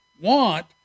want